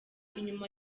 inyuma